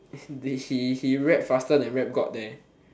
as in he he rap faster than rap god leh